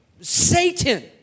satan